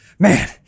Man